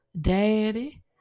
Daddy